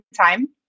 time